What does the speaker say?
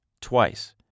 Twice